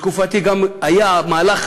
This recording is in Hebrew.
בתקופתי היה גם המהלך